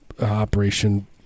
operation